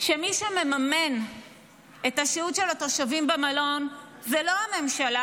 שמי שמממן את השהות של התושבים במלון זה לא הממשלה,